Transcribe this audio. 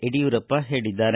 ಯಡಿಯೂರಪ್ಪ ಹೇಳಿದ್ದಾರೆ